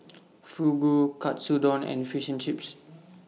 Fugu Katsudon and Fish and Chips